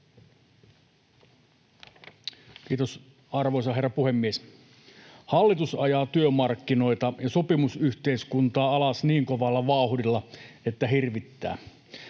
Kiitos, arvoisa herra puhemies! Hallitus ajaa työmarkkinoita ja sopimusyhteiskuntaa alas niin kovalla vauhdilla, että hirvittää.